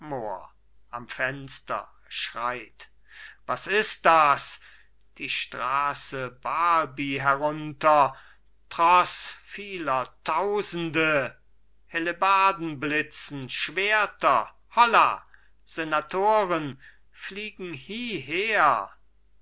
am fenster schreit was ist das die straße balbi herunter troß vieler tausende hellebarden blitzen schwerter holla senatoren fliegen hieher